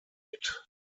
mit